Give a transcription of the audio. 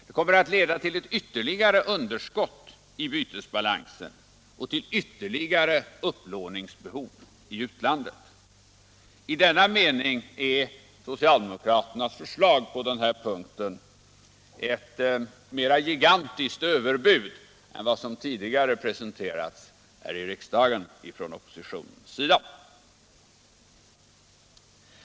Det kommer att leda till ett ytterligare underskott i bytesbalansen och till ytterligare upplåningsbehov i utlandet. I denna mening är socialdemokraternas förslag på den här punkten ett mera gigantiskt överbud än vad som tidigare presenterats här i riksdagen från oppositionens sida.